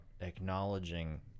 acknowledging